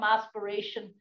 aspiration